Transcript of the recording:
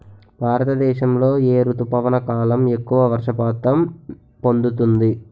భారతదేశంలో ఏ రుతుపవన కాలం ఎక్కువ వర్షపాతం పొందుతుంది?